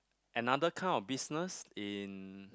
another kind of business in